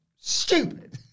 stupid